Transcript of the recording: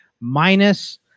minus